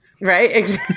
Right